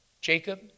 Jacob